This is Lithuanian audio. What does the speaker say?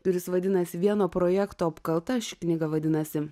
kuris vadinasi vieno projekto apkalta ši knyga vadinasi